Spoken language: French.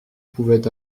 pouvait